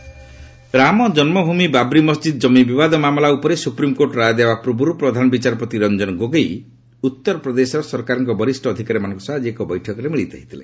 ସିଜେ UP Ram Janmabhoomi Babri Masjid ଜମି ବିବାଦ ମାମଲା ଉପରେ ସୁପ୍ରିମ୍କୋର୍ଟ ରାୟ ଦେବା ପୂର୍ବରୁ ପ୍ରଧାନ ବିଚାରପତି ରଞ୍ଜନ ଗୋଗୋଇ ଉତ୍ତରପ୍ରଦେଶ ସରକାରଙ୍କର ବରିଷ୍ଠ ଅଧିକାରୀମାନଙ୍କ ସହ ଆଜି ଏକ ବୈଠକରେ ମିଳିତ ହୋଇଥିଲେ